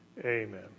Amen